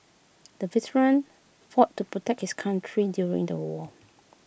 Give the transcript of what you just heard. the veteran fought to protect his country during the war